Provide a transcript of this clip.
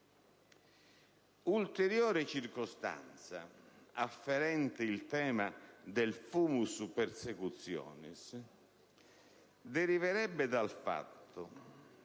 Ulteriore circostanza afferente il tema del *fumus persecutionis* deriverebbe